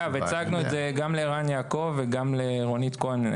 הצגנו את זה גם לערן יעקב וגם לרונית כהן,